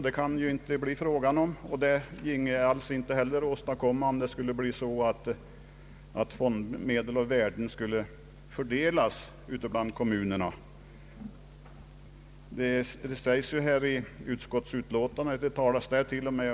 Det går heller inte att åstadkomma en sådan rättvisa, om fondmedel och andra värden skulle fördelas ute bland kommunerna.